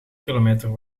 kilometer